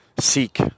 Seek